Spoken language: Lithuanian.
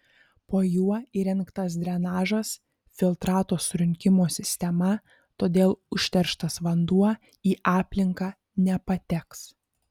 po juo įrengtas drenažas filtrato surinkimo sistema todėl užterštas vanduo į aplinką nepateks